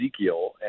Ezekiel